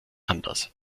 anders